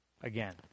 again